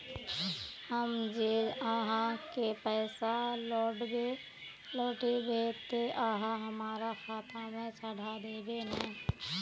हम जे आहाँ के पैसा लौटैबे ते आहाँ हमरा खाता में चढ़ा देबे नय?